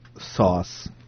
sauce